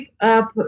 up